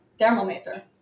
Thermometer